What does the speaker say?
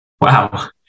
Wow